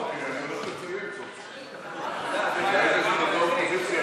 מפעלי משרד רה"מ והאוצר,